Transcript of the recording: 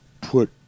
put